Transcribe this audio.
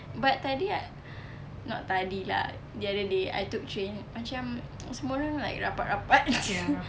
but tadi I not tadi lah the other day I took train macam semua orang like rapat-rapat